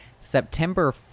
September